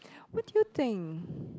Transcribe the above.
what do you think